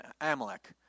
Amalek